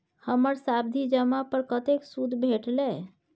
हमर सावधि जमा पर कतेक सूद भेटलै?